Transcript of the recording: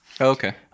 okay